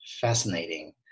fascinating